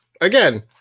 again